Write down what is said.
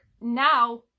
now